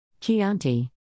Chianti